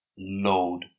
Load